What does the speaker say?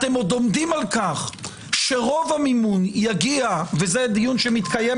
אתם עוד עומדים על כך שרוב המימון יגיע וזה דיון שמתקיים